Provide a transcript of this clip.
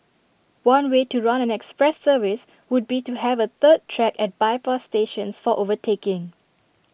one way to run an express service would be to have A third track at bypass stations for overtaking